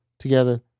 together